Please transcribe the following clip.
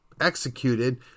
executed